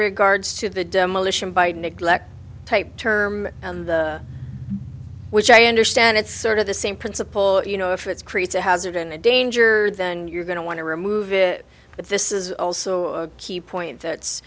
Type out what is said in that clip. regards to the demolition by neglect type term which i understand it's sort of the same principle you know if it's creates a hazard and a danger then you're going to want to remove it but this is also a key point that's